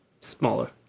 smaller